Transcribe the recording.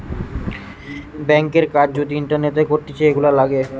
ব্যাংকের কাজ যদি ইন্টারনেটে করতিছে, এগুলা লাগে